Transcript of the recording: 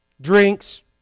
drinks